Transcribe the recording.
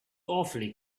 awfully